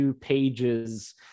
pages